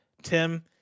tim